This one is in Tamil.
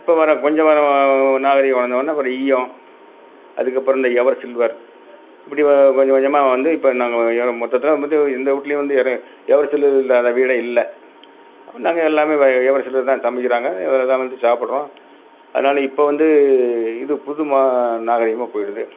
இப்போ வர கொஞ்சம் வர நாகரீகம் வளர்ந்தவோனே அப்புறம் ஈயம் அதுக்கப்புறம் இந்த எவர்சில்வர் இப்படி கொஞ்சம் கொஞ்சமாக வந்து இப்போ நாங்கள் மொத்தத்தில் வந்து எந்த வீட்லியும் வந்து யாரும் எவர்சில்வர் இல்லாத வீடே இல்லை நாங்கள் எல்லாமே வ எவர்சில்வர் தான் சமைக்கிறாங்க இதிலதான் வந்து சாப்பிட்றோம் அதனால இப்போது வந்து இது புது மா நாகரீகமாக போய்டுது